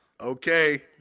okay